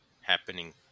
happening